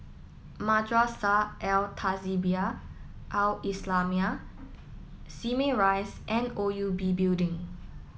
Madrasah Al Tahzibiah Al islamiah Simei Rise and O U B Building